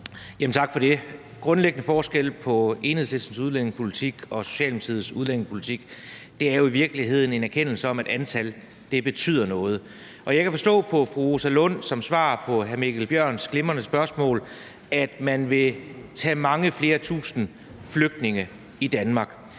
Tak for det. Den grundlæggende forskel på Enhedslistens udlændingepolitik og Socialdemokratiets udlændingepolitik er jo i virkeligheden en erkendelse af, at antallet betyder noget. Jeg kan forstå på fru Rosa Lunds svar på hr. Mikkel Bjørns glimrende spørgsmål, at man vil tage mange flere tusind flygtninge i Danmark.